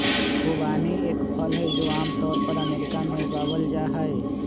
खुबानी एक फल हई, जो आम तौर पर अमेरिका में उगावल जाहई